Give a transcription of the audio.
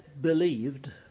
believed